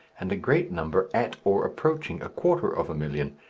and a great number at or approaching a quarter of a million.